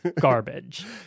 garbage